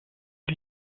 die